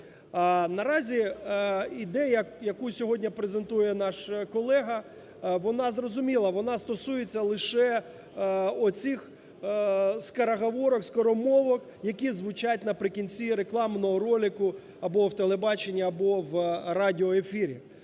Наразі ідея, яку сьогодні презентує наш колега, вона зрозуміла, вона стосується лише оцих скороговорок, скоромовок, які звучать наприкінці рекламного ролику або в телебаченні, або в радіоефірі.